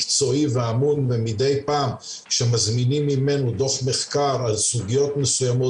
מקצועי ומדי פעם כשמזמינים ממנו דוח מחקר על סוגיות מסוימות,